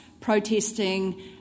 protesting